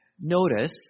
Notice